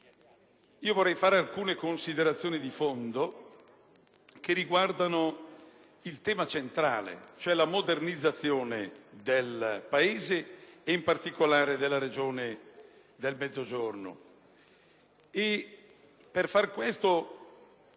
Vorrei fare alcune considerazioni di fondo che riguardano il tema centrale, cioè la modernizzazione del Paese e in particolare della regione del Mezzogiorno.